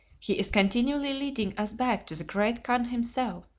he is continually leading us back to the great khan himself.